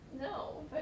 No